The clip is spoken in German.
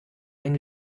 ein